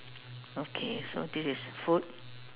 okay so this is food